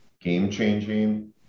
game-changing